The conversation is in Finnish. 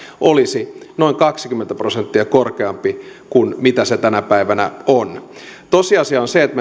olisi noin kaksikymmentä prosenttia korkeampi kuin mitä se tänä päivänä on tosiasia on se että